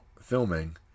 filming